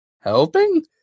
helping